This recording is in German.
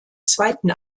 zweiten